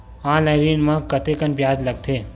Online ऋण म कतेकन ब्याज लगथे?